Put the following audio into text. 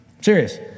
Serious